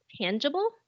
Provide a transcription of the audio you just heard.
tangible